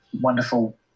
wonderful